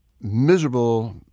miserable